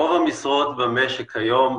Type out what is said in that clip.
רוב המשרות במשק היום,